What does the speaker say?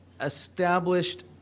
established